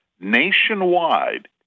nationwide